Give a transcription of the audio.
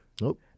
Nope